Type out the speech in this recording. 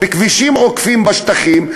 ובכבישים עוקפים בשטחים,